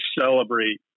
celebrate